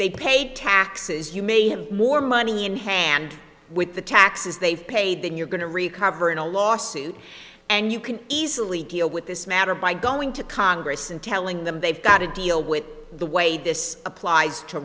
they pay taxes you may have more money in hand with the taxes they've paid than you're going to recover in a lawsuit and you can easily go with this matter by going to congress and telling them they've got to deal with the way this applies to